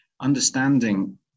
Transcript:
understanding